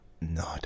No